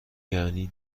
یعنی